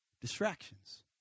Distractions